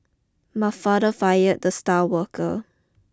my father fired the star worker